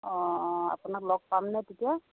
অ' অ' আপোনাক লগ পাম নে তেতিয়া